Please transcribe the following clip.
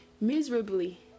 miserably